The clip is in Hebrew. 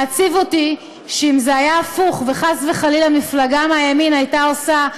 מעציב אותי שאם זה היה הפוך וחס וחלילה מפלגה מהימין הייתה עושה,